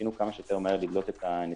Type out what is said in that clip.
ניסינו כמה שיותר מהר לדלות את הנתונים,